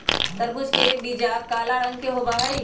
तरबूज के बीचा काला रंग के होबा हई